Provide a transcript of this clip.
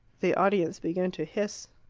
the audience began to hiss.